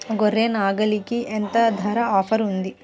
గొర్రె, నాగలికి ఎంత ధర ఆఫర్ ఉంది?